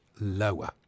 lower